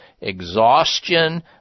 exhaustion